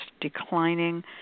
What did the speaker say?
declining